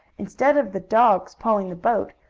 instead of the dog's pulling the boat,